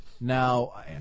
Now